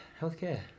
healthcare